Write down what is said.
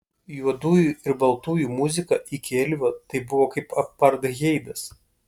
juodųjų ir baltųjų muzika iki elvio tai buvo kaip apartheidas